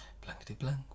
Blankety-blank